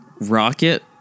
Rocket